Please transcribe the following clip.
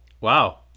Wow